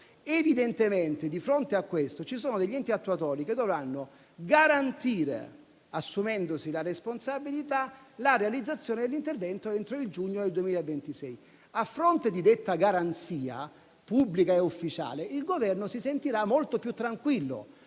evidentemente, di fronte a questo, ci sono enti attuatori che dovranno garantire, assumendosene la responsabilità, la realizzazione dell'intervento entro giugno 2026. A fronte di detta garanzia pubblica e ufficiale, il Governo si sentirà molto più tranquillo